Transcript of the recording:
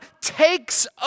takes